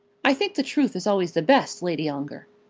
i think the truth is always the best, lady ongar.